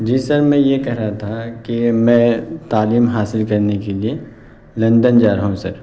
جی sir میں یہ کہہ رہا تھا کہ میں تعلیم حاصل کرنے کے لیے لندن جا رہا ہوں سر